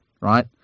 right